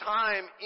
time